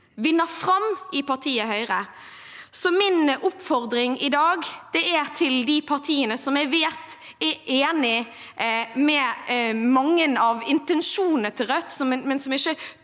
vinner fram i partiet Høyre. Min oppfordring i dag til de partiene som jeg vet er enig i mange av intensjonene til Rødt,